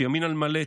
שימין על מלא,